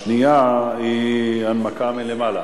בעד, 14, אין מתנגדים ואין נמנעים.